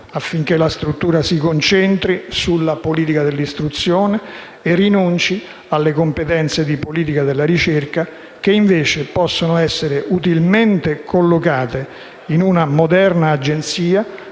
affinché la struttura si concentri sulla politica dell'istruzione e rinunci alle competenze nella politica della ricerca, che invece possono essere utilmente affidate a una moderna Agenzia,